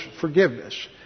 forgiveness